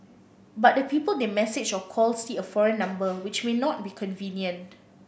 but the people they message or call see a foreign number which may not be convenient